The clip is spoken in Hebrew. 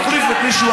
מחליף את מי,